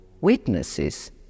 witnesses